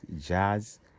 jazz